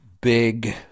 big